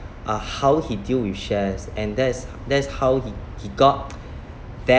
uh how he deal with shares and that's that's how he he got that